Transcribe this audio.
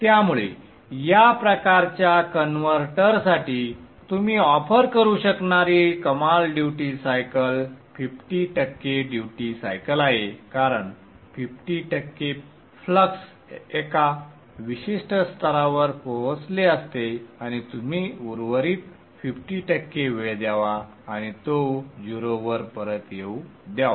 त्यामुळे या प्रकारच्या कन्व्हर्टरसाठी तुम्ही ऑफर करू शकणारी कमाल ड्युटी सायकल 50 टक्के ड्युटी सायकल आहे कारण 50 टक्के फ्लक्स एका विशिष्ट स्तरावर पोहोचले असते आणि तुम्ही उर्वरित 50 टक्के वेळ द्यावा किंवा तो 0 वर परत येऊ द्यावा